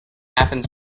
happens